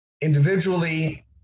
individually